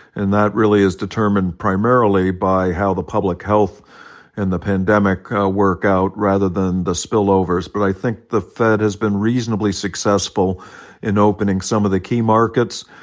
and that really is determined primarily by how the public health and the pandemic work out, rather than the spillovers. but i think the fed has been reasonably successful in opening some of the key markets.